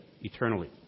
eternally